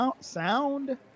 sound